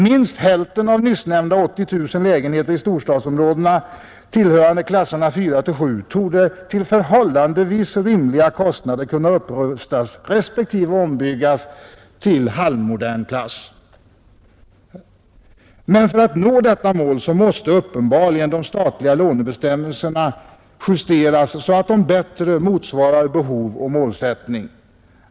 Minst hälften av nyssnämnda 80 000 lägenheter i storstadsområdena tillhörande klasserna 4—7 torde till förhållandevis rimliga kostnader kunna upprustas respektive ombyggas till halvmodern standard. Men för att nå detta mål måste de statliga lånebestämmelserna uppenbarligen justeras så att de bättre motsvarar behov och målsättning.